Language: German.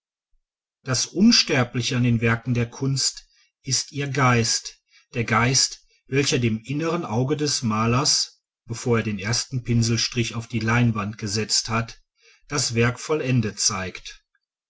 das unsterbliche an den werken der kunst ist ihr geist der geist welcher dem inneren auge des malers bevor er den ersten pinselstrich auf die leinwand gesetzt hat das werk vollendet zeigt